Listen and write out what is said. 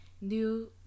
New